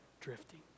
drifting